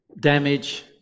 damage